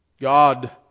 God